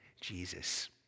Jesus